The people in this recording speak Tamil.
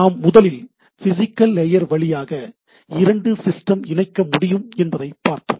நாம் முதலில் பிசிகல் லேயர் வழியாக இரண்டு சிஸ்டம் இணைக்க முடியும் என்பதை பார்த்தோம்